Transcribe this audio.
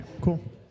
cool